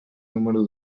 número